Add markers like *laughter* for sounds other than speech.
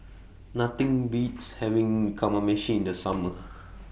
Nothing Beats having Kamameshi in The Summer *noise*